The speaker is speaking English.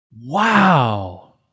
Wow